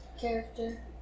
character